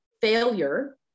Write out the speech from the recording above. failure